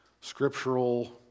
scriptural